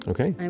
Okay